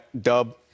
Dub